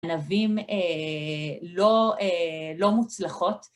ענבים לא מוצלחות.